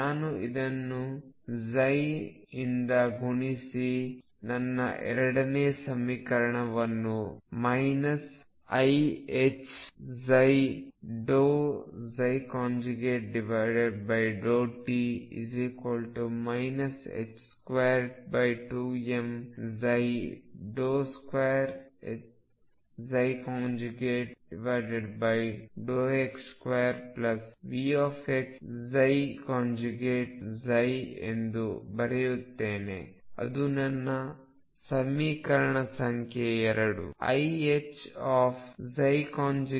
ನಾನು ಇದನ್ನು ಇಂದ ಗುಣಿಸಿ ನನ್ನ ಎರಡನೇ ಸಮೀಕರಣವನ್ನು ಮೈನಸ್ iℏψ∂t 22m2x2Vx ಎಂದು ಬರೆಯುತ್ತೇನೆ ಅದು ನನ್ನ ಸಮೀಕರಣ ಸಂಖ್ಯೆ 2